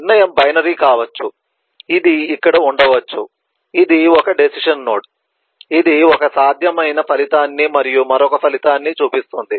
నిర్ణయం బైనరీ కావచ్చు ఇది ఇక్కడ ఉండవచ్చు ఇది ఒక డెసిషన్ నోడ్ ఇది ఒక సాధ్యమైన ఫలితాన్ని మరియు మరొక ఫలితాన్ని చూపిస్తుంది